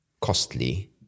costly